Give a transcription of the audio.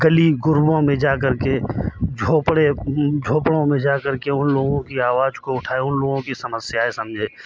गली गुरबों में जा कर के झोंपड़े झोंपड़ों में जा कर के उन लोगों की आवाज को उठाए उन लोगों की समस्याएं समझे